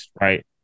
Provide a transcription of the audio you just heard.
right